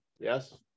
yes